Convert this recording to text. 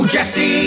Jesse